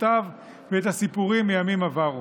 השקפותיו ואת הסיפורים מימים עברו.